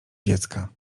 dziecka